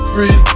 Free